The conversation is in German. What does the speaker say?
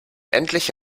endlich